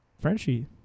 Frenchie